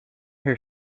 her